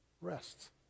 rests